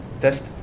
test